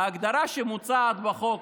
ההגדרה המוצעת בחוק